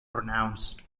pronounced